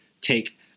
take